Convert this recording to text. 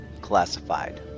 classified